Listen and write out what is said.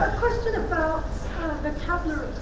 question abot the vocabulary.